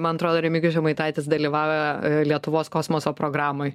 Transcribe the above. man atrodo remigijus žemaitaitis dalyvauja lietuvos kosmoso programoj